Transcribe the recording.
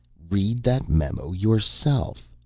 read that memo yourself.